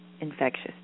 infectious